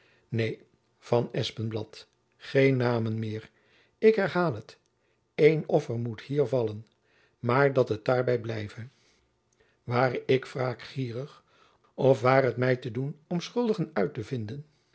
neen van espenblad geen namen meer ik herhaal het één offer moet hier vallen maar dat het daarby blijve ware ik wraakgierig of ware het my te doen om schuldigen uit te vinden